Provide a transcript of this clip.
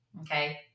Okay